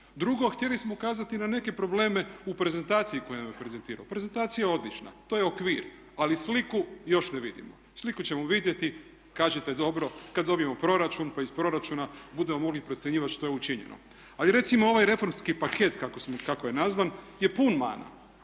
Drugo, htjeli smo ukazati na neke probleme u prezentaciji koje nam je prezentirao. Prezentacija je odlična, to je okvir, ali sliku još ne vidimo. Sliku ćemo vidjeti kažete dobro kad dobijemo proračun, pa iz proračuna budemo mogli procjenjivati što je učinjeno. Ali recimo ovaj reformski paket kako je nazvan je pun mana.